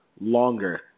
longer